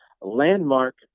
landmark